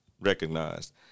recognized